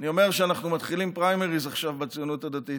אני אומר שאנחנו מתחילים עכשיו פריימריז בציונות הדתית,